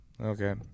Okay